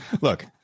Look